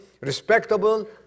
Respectable